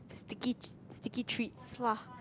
sticky sticky treats [wah]